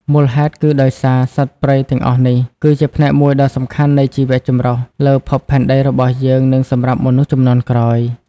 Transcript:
មូលហេតុគឺដោយសារសត្វព្រៃទាំងអស់នេះ គឺជាផ្នែកមួយដ៏សំខាន់នៃជីវចម្រុះលើភពផែនដីរបស់យើង និងសម្រាប់មនុស្សជំនាន់ក្រោយ។